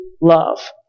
love